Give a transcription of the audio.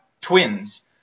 twins